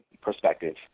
perspective